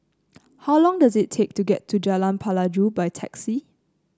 how long does it take to get to Jalan Pelajau by taxi